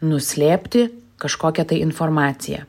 nuslėpti kažkokią tai informaciją